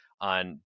on